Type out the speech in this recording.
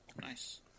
Nice